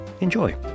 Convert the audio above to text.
Enjoy